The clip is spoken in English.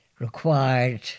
required